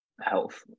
health